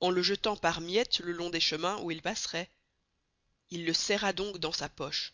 en le jettant par miettes le long des chemins où ils passeraient il le serra donc dans sa poche